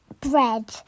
bread